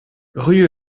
rue